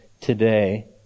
today